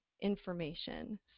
information